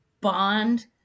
bond